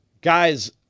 guys